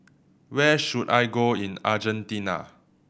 where should I go in Argentina